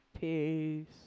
Peace